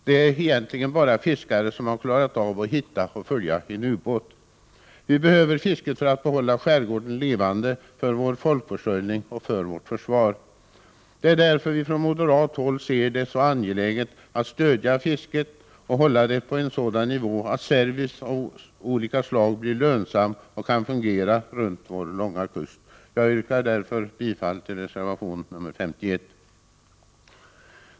Det är egentligen bara fiskare som klarat av att hitta och följa en ubåt. Vi behöver fisket för att behålla skärgården levande, för vår folkförsörjning och för vårt försvar. Det är därför som vi på moderat håll ser det så angeläget att svenskt fiske stöds och hålls på en sådan nivå att service av olika slag blir lönsam och kan fungera längs vår långa kust. Jag yrkar bifall till reservation nr 51.